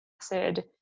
acid